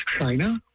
China